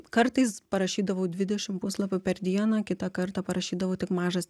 kartais parašydavau dvidešim puslapių per dieną kitą kartą parašydavau tik mažas